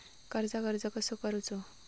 कर्जाक अर्ज कसो करूचो?